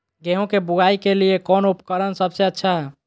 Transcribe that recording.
गेहूं के बुआई के लिए कौन उपकरण सबसे अच्छा है?